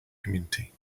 community